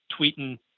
tweeting